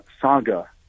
saga